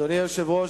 אדוני היושב-ראש,